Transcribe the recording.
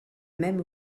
même